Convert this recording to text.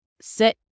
set